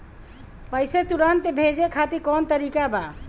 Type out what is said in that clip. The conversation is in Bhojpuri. पैसे तुरंत भेजे खातिर कौन तरीका बा?